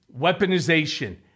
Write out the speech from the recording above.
weaponization